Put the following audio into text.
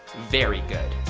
very good.